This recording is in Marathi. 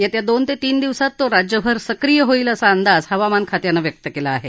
येत्या दोन ते तीन दिवसांत तो राज्यभर सक्रीय होईल असा अंदाज हवामान खात्यानं व्यक्त केला आहे